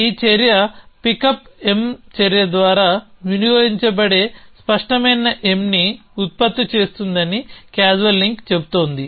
ఈ చర్య ఈ Pickup చర్య ద్వారా వినియోగించబడే స్పష్టమైన mని ఉత్పత్తి చేస్తోందని క్యాజువల్ లింక్ చెబుతోంది